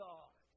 God